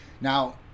Now